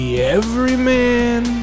everyman